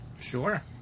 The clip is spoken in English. Sure